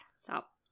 Stop